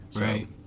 Right